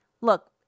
look